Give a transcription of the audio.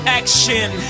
action